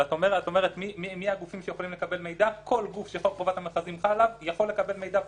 כל גוף שחוק חובת המכרזים חל עליו יכול לקבל מידע פלילי,